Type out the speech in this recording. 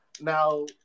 Now